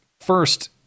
First